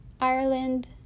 Ireland